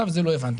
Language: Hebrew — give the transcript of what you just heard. את זה לא הבנתי.